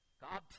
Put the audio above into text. God